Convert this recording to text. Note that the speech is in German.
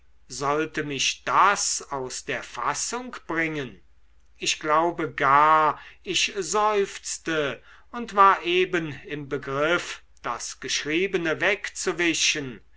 sollte mich das aus der fassung bringen ich glaube gar ich seufzte und war eben im begriff das geschriebene wegzuwischen